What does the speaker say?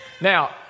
Now